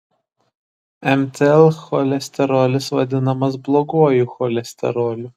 mtl cholesterolis vadinamas bloguoju cholesteroliu